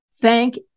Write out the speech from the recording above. thank